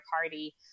party